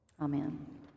Amen